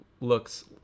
looks